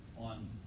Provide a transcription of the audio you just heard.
on